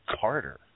Carter